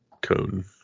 Cone